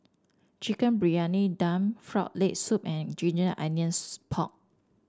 Chicken Briyani Dum Frog Leg Soup and Ginger Onions Pork